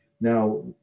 now